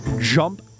jump